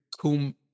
kum